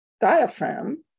diaphragm